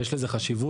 ויש לזה חשיבות.